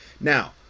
Now